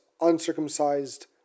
uncircumcised